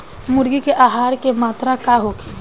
मुर्गी के आहार के मात्रा का होखे?